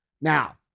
Now